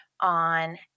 on